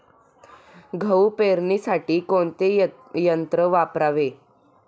गहू पेरणीसाठी कोणते यंत्र वापरावे?